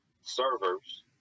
servers